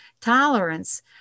tolerance